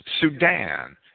Sudan